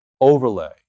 overlay